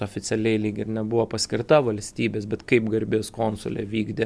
oficialiai lyg ir nebuvo paskirta valstybės bet kaip garbės konsulė vykdė